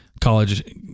college